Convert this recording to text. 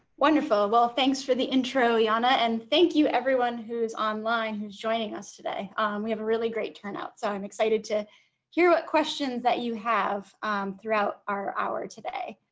wonderful well thanks for the intro jana and thank you everyone who's online who's joining us today we have a really great turnout so i'm excited to hear what questions that you have throughout our hour today